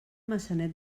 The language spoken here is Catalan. maçanet